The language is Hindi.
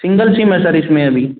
नो सिम है सर इसमें अभी